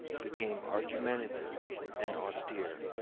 became argumentative and austere.